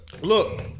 Look